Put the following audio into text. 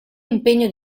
impegno